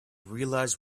realize